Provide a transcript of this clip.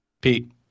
Pete